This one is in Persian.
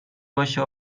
باشه